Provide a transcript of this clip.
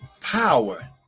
power